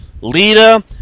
Lita